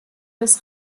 des